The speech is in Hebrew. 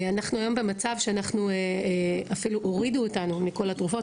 אנחנו היום במצב שאפילו הורידו אותנו מכל התרופות.